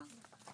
כן.